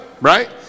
right